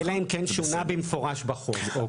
אלא אם כן שונה במפורש בחוק.